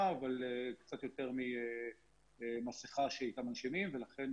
אבל קצת יותר ממסיכה שאיתה מנשימים ולכן,